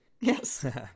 Yes